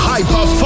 Hyper